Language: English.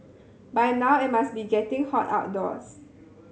by now it must be getting hot outdoors